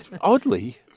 Oddly